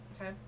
Okay